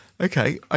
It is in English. Okay